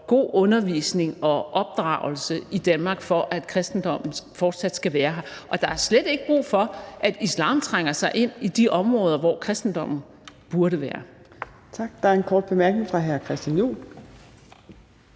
god undervisning og opdragelse i Danmark, for at kristendommen fortsat skal være her. Der er slet ikke brug for, at islam trænger sig ind på de områder, hvor kristendommen burde være.